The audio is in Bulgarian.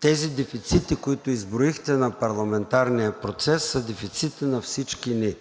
тези дефицити, които изброихте за парламентарния процес, са дефицити на всички ни.